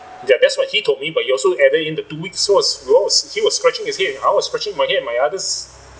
ya that's what he told me but you also added in the two weeks source gross he was scratching his head I was scratching my head my others